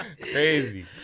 crazy